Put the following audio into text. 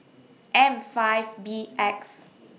M five B X